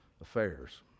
affairs